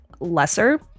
lesser